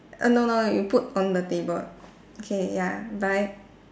err no no you put on the table okay ya bye